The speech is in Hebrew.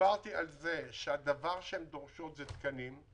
דיברתי על זה שהדבר שהן דורשות זה תקנים.